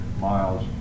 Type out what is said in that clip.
miles